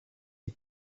est